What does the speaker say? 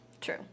true